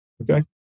okay